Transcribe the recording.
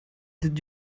did